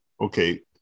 okay